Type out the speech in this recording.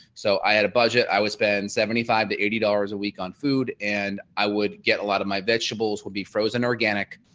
so i had a budget. i would spend seventy five to eighty dollars a week on food and i would get a lot of my vegetables would be frozen organic.